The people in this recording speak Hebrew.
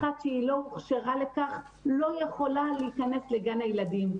אחת שלא הוכשרה לכך לא יכולה להיכנס לגן הילדים.